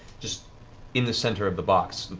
just in the center of the box,